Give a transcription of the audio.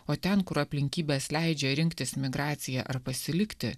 o ten kur aplinkybės leidžia rinktis migraciją ar pasilikti